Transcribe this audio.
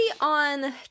on